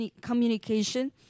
communication